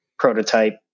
prototype